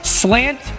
Slant